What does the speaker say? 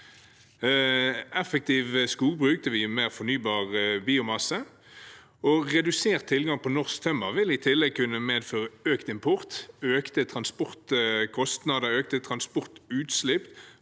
Effektivt skogbruk vil gi mer fornybar biomasse, og redusert tilgang på norsk tømmer vil i tillegg kunne medføre økt import, økte transportkostnader, økte transportutslipp